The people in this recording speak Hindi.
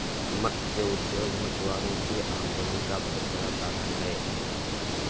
मत्स्य उद्योग मछुआरों की आमदनी का बहुत बड़ा साधन है